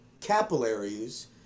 capillaries